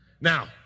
Now